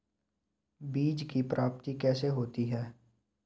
बीज की प्राप्ति कैसे होती है?